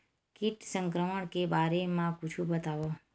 कीट संक्रमण के बारे म कुछु बतावव?